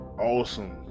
awesome